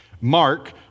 Mark